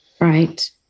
right